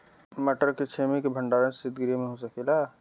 मटर के छेमी के भंडारन सितगृह में हो सकेला?